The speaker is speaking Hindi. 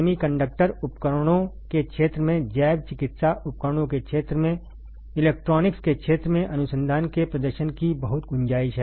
सेमीकंडक्टर उपकरणों के क्षेत्र में जैव चिकित्सा उपकरणों के क्षेत्र में इलेक्ट्रॉनिक्स के क्षेत्र में अनुसंधान के प्रदर्शन की बहुत गुंजाइश है